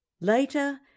Later